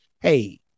hey